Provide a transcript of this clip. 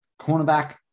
Cornerback